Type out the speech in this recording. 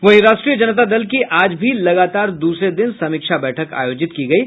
वहीं राष्ट्रीय जनता दल की आज भी लगातार द्रसरे दिन समीक्षा बैठक आयोजित की गयी